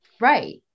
Right